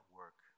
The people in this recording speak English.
work